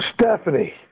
Stephanie